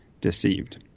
deceived